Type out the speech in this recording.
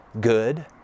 good